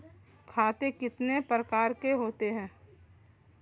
खाते कितने प्रकार के होते हैं?